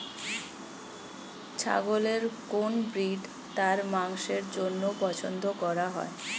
ছাগলের কোন ব্রিড তার মাংসের জন্য পছন্দ করা হয়?